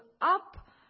up